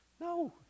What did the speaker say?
No